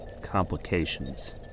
complications